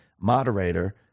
Moderator